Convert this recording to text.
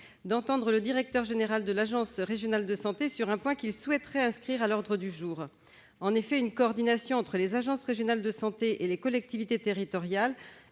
d'entendre le directeur général de l'agence régionale de santé sur un point qu'ils souhaiteraient inscrire à l'ordre du jour. En effet, une coordination entre les agences régionales de santé et les collectivités territoriales